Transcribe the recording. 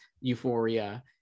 euphoria